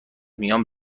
میان